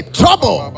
trouble